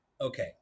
okay